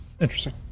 interesting